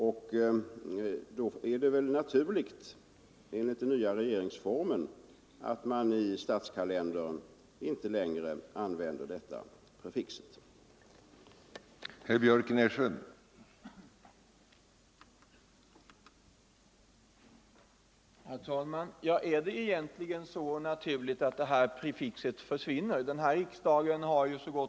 Det är med hänsyn till den nya regeringsformen naturligt att man inte längre använder detta prefix i statskalendern.